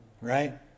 right